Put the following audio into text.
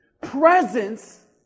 presence